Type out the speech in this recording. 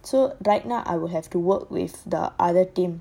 so right now I would have to work with the other team